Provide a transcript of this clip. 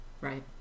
right